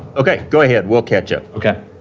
okay. go ahead. we'll catch up. okay.